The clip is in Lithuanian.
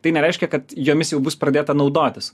tai nereiškia kad jomis jau bus pradėta naudotis